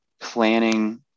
planning